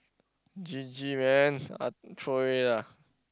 G_G man uh throw away lah